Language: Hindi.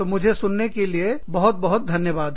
तो मुझे सुनने के लिए बहुत बहुत धन्यवाद